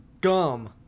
Gum